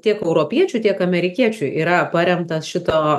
tiek europiečių tiek amerikiečių yra paremtas šito